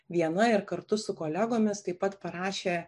viena ir kartu su kolegomis taip pat parašė